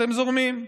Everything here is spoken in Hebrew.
אתם זורמים,